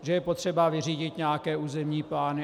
Že je potřeba vyřídit nějaké územní plány atd. atd.